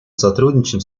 сотрудничаем